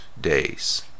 days